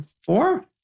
four